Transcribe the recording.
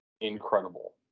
incredible